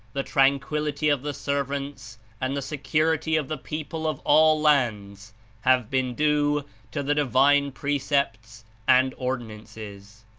the tranquillity of the servants and the secur ity of the people of all lands have been due to the divine precepts and ordinances.